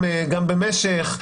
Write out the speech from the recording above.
גם המשך,